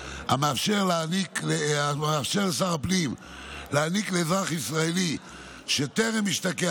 המאפשר לשר הפנים להעניק לאזרח ישראלי שטרם השתקע